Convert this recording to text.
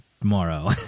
tomorrow